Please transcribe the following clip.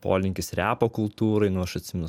polinkis repo kultūrai nu aš atsimenu